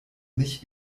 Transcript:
nicht